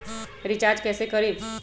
Recharge कैसे करीब?